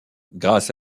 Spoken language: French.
grâce